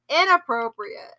inappropriate